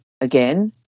again